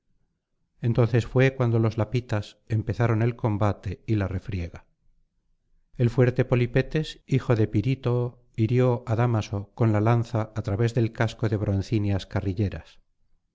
entonces fué cuando los lapitas empezaron el combate y la refriega el fuerte polipetes hijo de pirítoo hirió á dámaso con la lanza á través del casco de broncíneas carrilleras